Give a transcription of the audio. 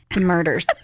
Murders